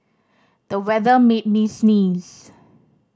the weather made me sneeze